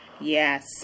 yes